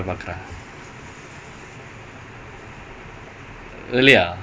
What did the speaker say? it is top no is unbeaten அப்படில சொல்ல கூடாது:apdilla solla koodaathu